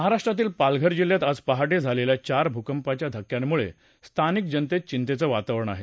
महाराष्ट्रातील पालघर जिल्ह्यात आज पहाटे झालेल्या चार भूकपाच्या धक्क्यांमुळे स्थानिक जनतेत चिंतेचं वातावरण आहे